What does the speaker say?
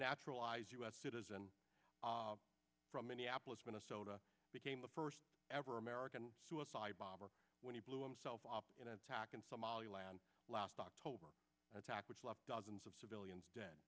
naturalized u s citizen from minneapolis minnesota became the first ever american suicide bomber when he blew himself up in an attack in somaliland last october attack which left dozens of civilians dead